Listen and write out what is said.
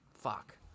Fuck